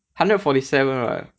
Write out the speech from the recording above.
hundred and forty seven right